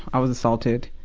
i was assaulted.